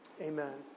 Amen